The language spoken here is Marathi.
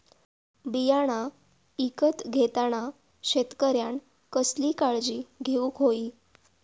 बियाणा ईकत घेताना शेतकऱ्यानं कसली काळजी घेऊक होई?